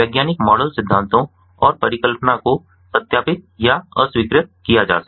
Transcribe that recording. वैज्ञानिक मॉडल सिद्धांतों और परिकल्पना को सत्यापित या अस्वीकृत किया जा सके